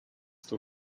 too